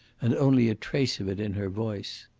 and only a trace of it in her voice.